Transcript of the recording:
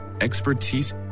expertise